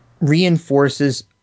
reinforces